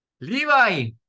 Levi